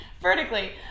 vertically